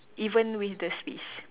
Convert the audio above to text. even with the space